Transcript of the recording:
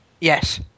yes